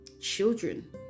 children